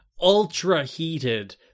ultra-heated